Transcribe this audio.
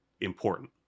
important